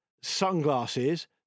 sunglasses